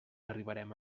arribarem